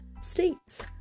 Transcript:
states